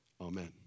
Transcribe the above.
Amen